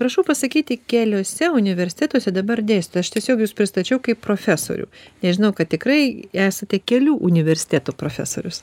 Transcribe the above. prašau pasakyti keliuose universitetuose dabar dėstai aš tiesiog jus pristačiau kaip profesorių nes žinau kad tikrai esate kelių universitetų profesorius